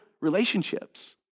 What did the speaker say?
relationships